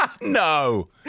no